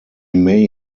may